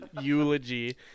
eulogy